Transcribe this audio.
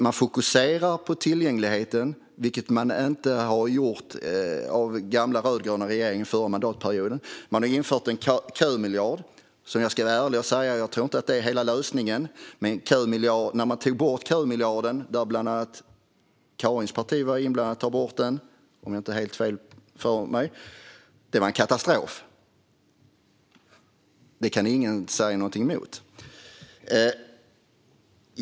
De fokuserar på tillgängligheten, vilket den rödgröna regeringen från föregående mandatperiod inte gjorde. Alliansen har infört en kömiljard. Ärligt talat tror jag inte att den är hela lösningen. Men när den togs bort - om jag inte har helt fel var Karins parti inblandat i det - blev det en katastrof. Det kan ingen säga något emot.